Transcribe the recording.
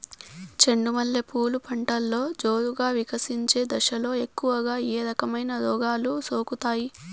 చెండు మల్లె పూలు పంటలో జోరుగా వికసించే దశలో ఎక్కువగా ఏ రకమైన రోగాలు సోకుతాయి?